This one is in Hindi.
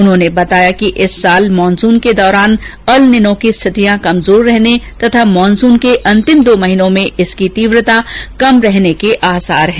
उन्होंने बताया कि इस साल मानसुन के दौरान अलनीनो की स्थितियां कमजोर रहने तथा मानसुन के अंतिम दो महीनो में इसकी तीव्रता कम रहने के आसार हैं